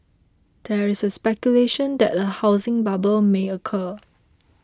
there is a speculation that a housing bubble may occur